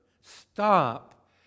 stop